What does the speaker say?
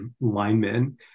linemen